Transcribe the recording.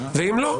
ואם לא,